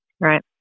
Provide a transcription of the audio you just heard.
Right